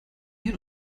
hin